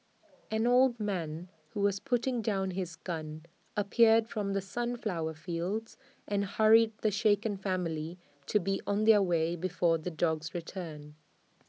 an old man who was putting down his gun appeared from the sunflower fields and hurried the shaken family to be on their way before the dogs return